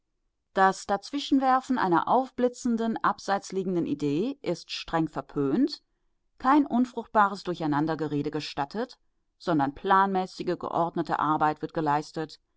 das dazwischenwerfen einer aufblitzenden abseits liegenden idee ist streng verpönt kein unfruchtbares durcheinandergerede gestattet sondern planmäßige geordnete arbeit wird geleistet